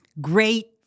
Great